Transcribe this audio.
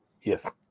Yes